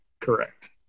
correct